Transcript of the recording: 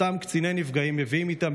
אותם קציני נפגעים מביאים איתם,